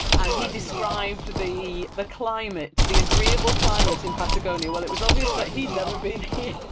and he described the the climate, the agreeable climate in patagonia well it was obvious that he'd never been here